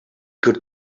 could